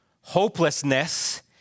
Hopelessness